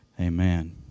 Amen